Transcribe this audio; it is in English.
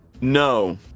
No